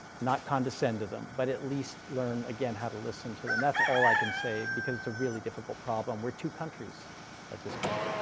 not condescend to them, but at least learn, again, how to listen to them. that's all i can say because it's a really difficult problem, we're two countries at this point.